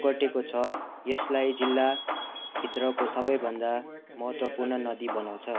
ओगटेको छ यसलाई जिल्ला भित्रको सबै भन्दा महत्त्वपूर्ण नदी बनाउँछ